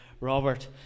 Robert